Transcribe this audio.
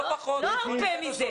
לא ארפה, לא ארפה מזה.